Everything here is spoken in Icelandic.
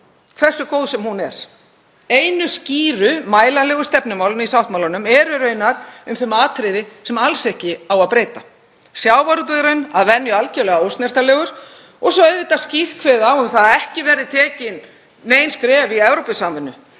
hversu góð sem hún er. Einu skýru mælanlegu stefnumálin í sáttmálanum eru raunar um þau atriði sem alls ekki á að breyta. Sjávarútvegurinn er að venju algerlega ósnertanlegur og svo er auðvitað skýrt kveðið á um að ekki verði tekin nein skref í Evrópusamvinnu